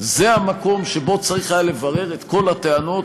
היא המקום שבו צריך היה לברר את כל הטענות